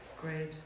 Great